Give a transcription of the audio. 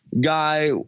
guy